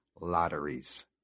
lotteries